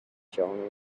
joan